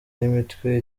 n’imitwe